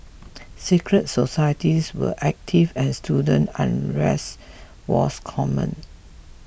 secret societies were active and student unrest was common